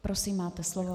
Prosím, máte slovo.